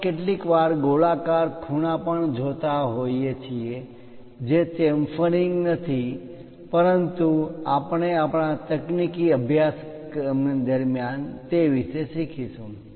આપણે કેટલીક વાર ગોળાકાર ખૂણા પણ જોતા હોઈએ છીએ જે ચેમ્ફરીંગ ઢાળવાળી કોર chamfering નથી પરંતુ આપણે આપણા તકનીકી અભ્યાસક્રમ દરમિયાન તે વિશે શીખીશું